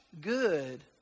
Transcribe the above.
good